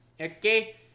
Okay